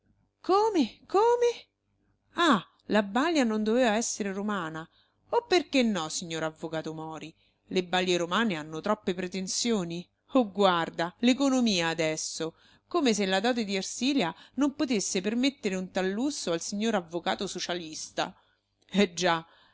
come come ah la balia non doveva essere romana o perché no signor avvocato mori le balie romane hanno troppe pretensioni oh guarda l'economia adesso come se la dote di ersilia non potesse permettere un tal lusso al signor avvocato socialista eh già